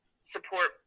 support